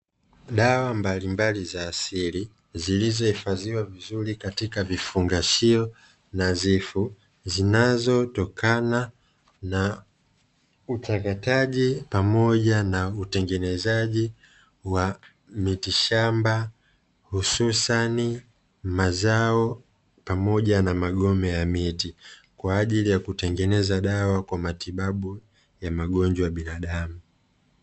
Dawa mbalimbali za asili zilizohifadhiwa vizuri katika vifungashio nadhifu. Zinazotokana na uchakataji, pamoja na utengenezaji wa mitishamba hususani mazao pamoja na magome ya miti. Kwa ajili ya kutengeneza dawa kwa matibabu ya magonjwa ya binadamu.